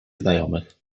znajomych